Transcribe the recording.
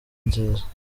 nziza